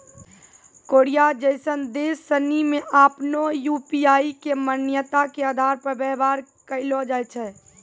Korea जैसन देश सनि मे आपनो यू.पी.आई के मान्यता के आधार पर व्यवहार कैलो जाय छै